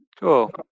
cool